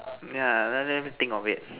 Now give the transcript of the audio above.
yeah let let me think of it